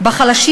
בחלשים,